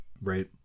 Right